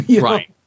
Right